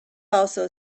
also